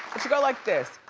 it should go like this.